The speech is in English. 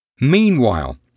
Meanwhile